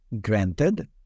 granted